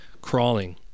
crawling